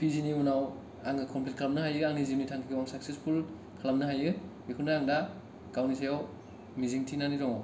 P G नि उनाव आङो कमफ्लित खालामनो हायो आंनि जिउनि थांखिखौ आं साकसेसफुल खालामनो हायो बेखौनो आं दा गावनि सायाव मिजिंथिनानै दड